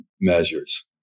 measures